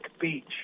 Beach